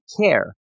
care